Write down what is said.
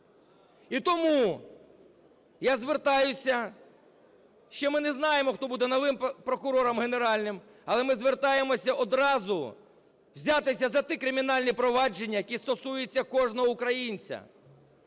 І тому я звертаюся, ще ми не знаємо, хто буде новим прокурором генеральним. Але ми звертаємося одразу взятися за ті кримінальні провадження, які стосуються кожного українця.